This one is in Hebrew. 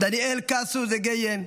דניאל קאסו זגייה,